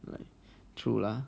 like true lah